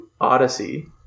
Odyssey